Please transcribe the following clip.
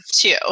two